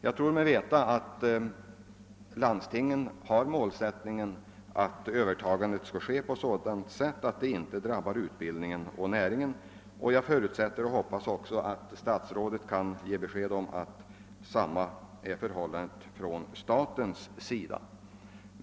Jag tror mig veta att landstingen har målsättningen att övertagandet skall ske på sådant sätt att det inte drabbar utbildningen och näringen. Jag förutsätter och hoppas att statsrådet kan ge besked om att samma är förhållandet också beträffande staten.